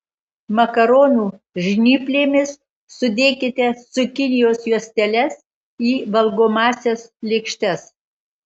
makaronų žnyplėmis sudėkite cukinijos juosteles į valgomąsias lėkštes